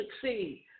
succeed